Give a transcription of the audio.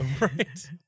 right